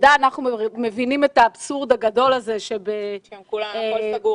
ודאי שאנחנו מבינים את האבסורד הגדול הזה שהכול שם סגור.